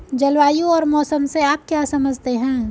जलवायु और मौसम से आप क्या समझते हैं?